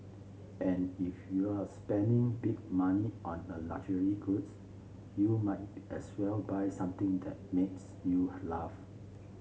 and if you're spending big money on a luxury goods you might as well buy something that makes you laugh